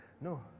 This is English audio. no